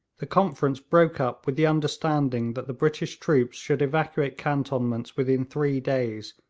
the conference broke up with the understanding that the british troops should evacuate cantonments within three days,